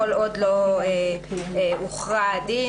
כל עוד לא הוכרע הדין.